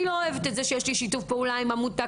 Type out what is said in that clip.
אני לא אוהבת שיש שיתוף פעולה עם עמותה